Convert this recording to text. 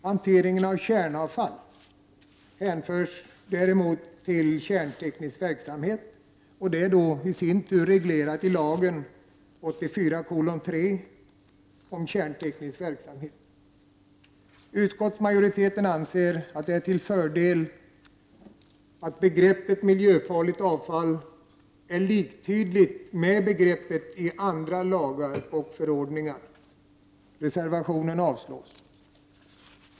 Hanteringen av kärnavfall hänförs däremot till kärnteknisk verksamhet, som är reglerad i lagen 1984:3 om kärnteknisk verksamhet. Utskottsmajoriteten anser att det är till fördel att begreppet miljöfarligt avfall är liktydigt med begreppet i andra lagar och förordningar. Reservationen avstyrks.